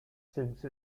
since